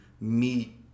meet